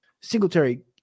Singletary